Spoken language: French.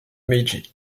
meiji